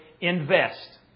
Invest